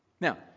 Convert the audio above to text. Now